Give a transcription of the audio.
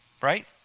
right